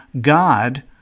God